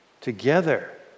together